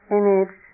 image